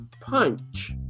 punch